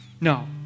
No